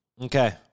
Okay